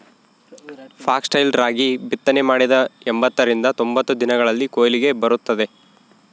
foxtail ರಾಗಿ ಬಿತ್ತನೆ ಮಾಡಿದ ಎಂಬತ್ತರಿಂದ ತೊಂಬತ್ತು ದಿನಗಳಲ್ಲಿ ಕೊಯ್ಲಿಗೆ ಬರುತ್ತದೆ